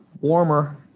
warmer